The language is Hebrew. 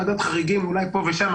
ועדת חריגים אולי פה ושם,